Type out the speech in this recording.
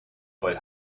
boy